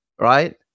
right